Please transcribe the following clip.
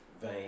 vein